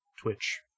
Twitch